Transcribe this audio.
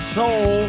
soul